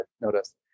Notice